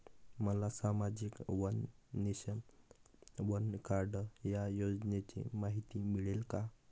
मला सामाजिक one nation, one card या योजनेची माहिती मिळेल का?